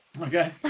Okay